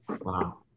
Wow